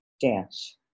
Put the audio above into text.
dance